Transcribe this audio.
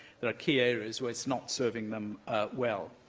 there are key areas where it's not serving them well.